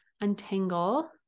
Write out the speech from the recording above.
Untangle